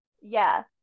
Yes